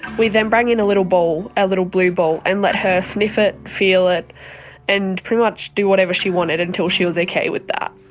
we then brought in a little ball, a little blue ball and let her sniff it, feel it and pretty much do whatever she wanted until she was okay with that.